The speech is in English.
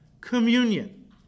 Communion